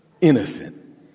innocent